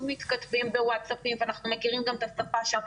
מתכתבים בווטסאפים ואנחנו מכירים גם את השפה שם.